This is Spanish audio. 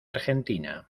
argentina